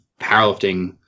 powerlifting